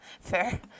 Fair